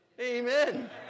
Amen